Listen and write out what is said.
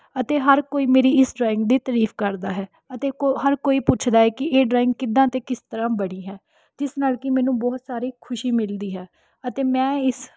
ਅਤੇ ਹਰ ਕੋਈ ਮੇਰੀ ਇਸ ਡਰਾਇੰਗ ਦੀ ਤਾਰੀਫ ਕਰਦਾ ਹੈ ਅਤੇ ਕੋ ਹਰ ਕੋਈ ਪੁੱਛਦਾ ਹੈ ਕਿ ਇਹ ਡਰਾਇੰਗ ਕਿੱਦਾਂ ਅਤੇ ਕਿਸ ਤਰ੍ਹਾਂ ਬਣੀ ਹੈ ਜਿਸ ਨਾਲ ਕਿ ਮੈਨੂੰ ਬਹੁਤ ਸਾਰੀ ਖੁਸ਼ੀ ਮਿਲਦੀ ਹੈ ਅਤੇ ਮੈਂ ਇਸ